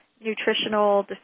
nutritional